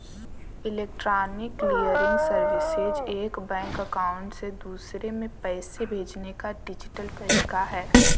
electronic clearing services एक bank account से दूसरे में पैसे भेजने का डिजिटल तरीका है